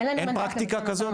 אין פרקטיקה כזו?